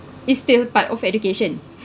is still part of education